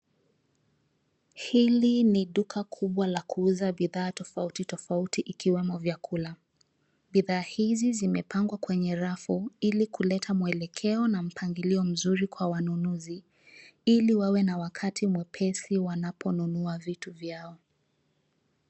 Hili ni duka kubwa la kuuza bidhaa tofautitofauti, ikiwemo vyakula. Bidhaa hizi zimepangwa kwenye rafu ili kuleta mwelekeo na mpangilio mzuri kwa wanunuzi, ili wawe na wakati mwepesi wanaponunua vitu vyao.